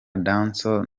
dancehall